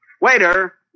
Waiter